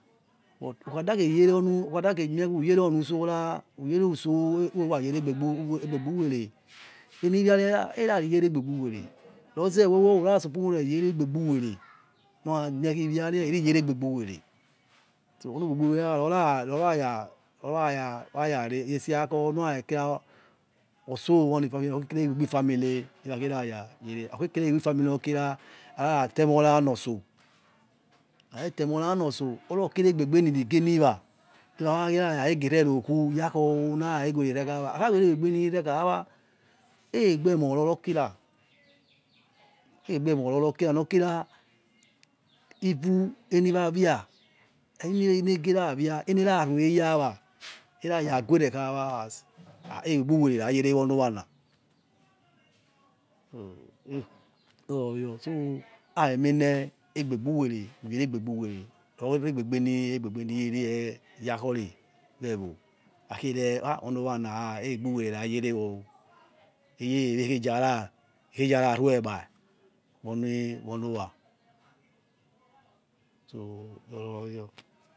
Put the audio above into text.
Oh okhada khei yere onu ukhadage mie uku yeronu tsorah uyerutso urayere egbegbu egbegbu wereh eni iviareh rar erari yere egbegbu we reh roze wewe or urasufo nur eyere egbegbuwereh nu ramie khi iviamemu roya roraya roraya waya rese akho nara kira otso woni family okhekiregbegbi family ni wakheraya yere okhekiregbegbi family nor kira arara temora nor otso akha temora notso ora okiregbegbeniri ni wah rowakhera gererokhu yakho o̱ narara khe neererekhawa akhaweregbegebe nirirekhawa egbegbe emor rorokira egbegbe emor rorokira nokira even eniwa via enire geravia enera rue eyawa era yague rekhawa as egbegbu wereh rayerewonowana ku who iroyor so amoi emeneh egbegbu were uyere egbegbuwere ror regbegeniri egbegbeniririe yakhore weh ewo akhie reh ah ono owana egbegbuwere ra yerewor o̱ eye wewe ekhezoarah ekhezorah rui egbai oni wono owa so iroroyor